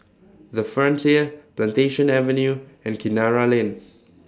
The Frontier Plantation Avenue and Kinara Lane